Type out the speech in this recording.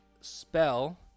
spell